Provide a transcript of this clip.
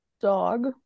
dog